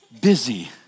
busy